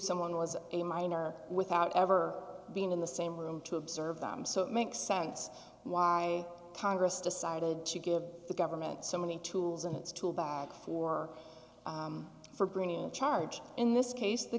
someone was a minor without ever being in the same room to observe them so it makes sense why congress decided to give the government so many tools in its tool bag for for bringing a charge in this case the